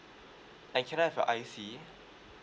and can I have your I_C